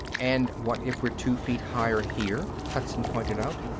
and what if we're two feet higher here? hudson pointed out.